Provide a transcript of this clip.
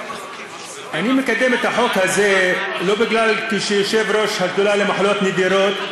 אני מקדם את החוק הזה לא כיושב-ראש השדולה למחלות נדירות,